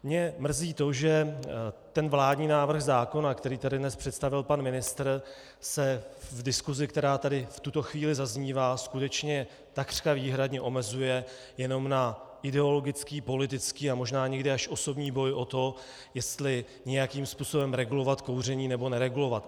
Mě mrzí to, že vládní návrh zákona, který tady dnes představil pan ministr, se v diskusi, která tady v tuto chvíli zaznívá, skutečně takřka výhradně omezuje jenom na ideologický, politický a možná někdy až osobní boj o to, jestli nějakým způsobem regulovat kouření, nebo neregulovat.